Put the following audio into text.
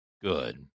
Good